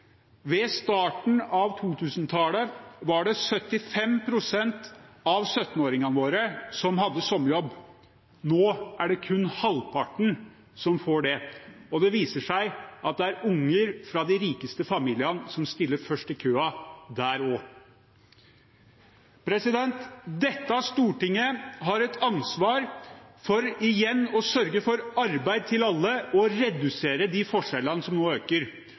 Ved starten av 2000-tallet var det 75 pst. av 17-åringene våre som hadde sommerjobb. Nå er det kun halvparten som får det, og det viser seg at det er unger fra de rikeste familiene som stiller først i køen der også. Dette storting har et ansvar for igjen å sørge for arbeid til alle og redusere forskjellene som nå øker.